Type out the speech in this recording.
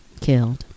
killed